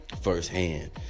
firsthand